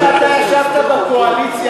גם כשאתה ישבת בקואליציה,